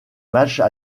matches